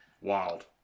Wild